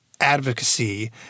advocacy